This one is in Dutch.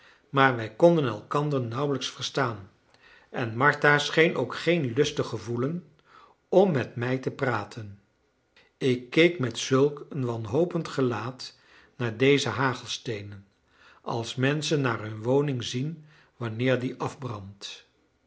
maar wij konden elkander nauwelijks verstaan en martha scheen ook geen lust te gevoelen om met mij te praten ik keek met zulk een wanhopend gelaat naar deze hagelsteenen als menschen naar hun woning zien wanneer die afbrandt